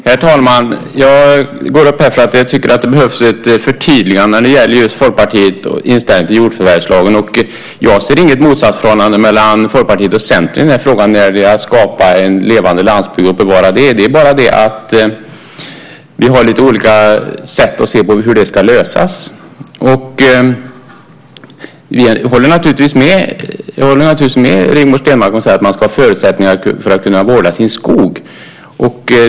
Herr talman! Jag går upp här i talarstolen för att jag tycker att det behövs ett förtydligande när det gäller Folkpartiets inställning till jordförvärvslagen. Jag ser inget motsatsförhållande mellan Folkpartiet och Centern när det gäller att skapa en levande landsbygd och bevara den. Vi har bara lite olika sätt att se på hur det ska lösas. Jag håller naturligtvis med Rigmor Stenmark när hon säger att man ska ha förutsättningar för att kunna vårda sin skog.